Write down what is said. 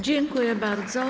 Dziękuję bardzo.